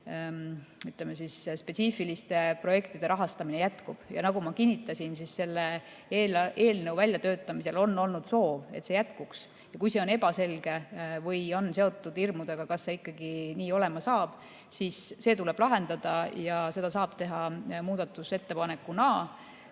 spetsiifiliste projektide rahastamine jätkub. Nagu ma kinnitasin, selle eelnõu väljatöötamisel on olnud soov, et see jätkuks. Kui see on ebaselge või on seotud hirmudega, kas see ikkagi nii olema saab, siis see tuleb lahendada. Seda saab teha muudatusettepanekuna,